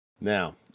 now